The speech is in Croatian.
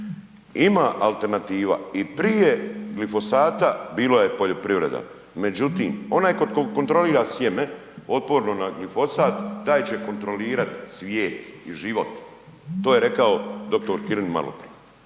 Ima alternativa, i prije glifosata bilo je poljoprivreda, međutim, onaj tko kontrolira sjeme otporno na glifosat, taj će kontrolirati cvijet i život, to je rekao dr. Kirin maloprije.